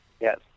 Yes